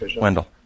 Wendell